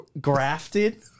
grafted